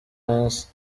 hasi